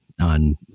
on